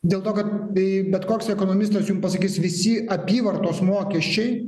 dėl to kad bet koks ekonomistas jum pasakys visi apyvartos mokesčiai